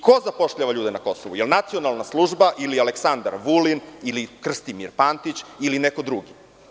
Ko zapošljava ljude na Kosovu, da li Nacionalna služba ili Aleksandar Vulin ili Krstimir Pantić ili neko drugi?